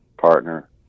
partner